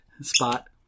spot